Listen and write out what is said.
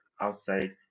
outside